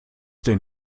den